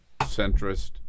centrist